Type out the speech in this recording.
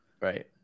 right